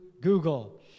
Google